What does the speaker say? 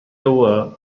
over